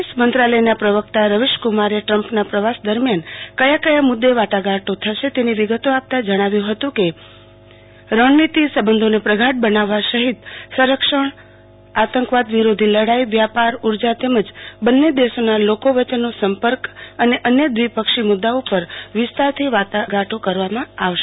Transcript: વિદશ મંત્રાલયના પ્રવકતા રવિશકુમારૂ ટ્રમ્પના પ્રવાસ દરમ્યાન કયા કયા મુદે વાટાઘાટો થશ તની વિગતો આપતા જણાવ્ય હતું કે રણનીતિ સંબંધોને પ્રગાઢ બનાવવા શકિત સંરક્ષણ રણનીતિ સંબંધોને પ્રગાઢ બનાવવા શકિત સંરક્ષણ આતંકવાદ વિરોધી લડાઈ વ્યાપાર ઉર્જા તેમજ બન્ને દેશોના લોકો વચ્ચેનો સંપર્ક અને અન્ય દિત્પક્ષી મુદાઓ પર વિસ્તારથી વાટાઘાટો કરવામાં આવશે